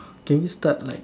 can you start like